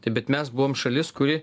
tai bet mes buvom šalis kuri